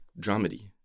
dramedy